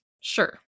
Sure